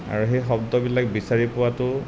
আৰু সেই শব্দবিলাক বিচাৰি পোৱাতো